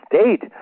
state